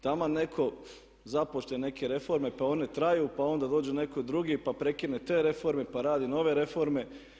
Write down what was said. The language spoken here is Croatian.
Taman netko započne neke reforme pa one traju pa onda dođe netko drugi pa prekine te reforme pa radi nove reforme.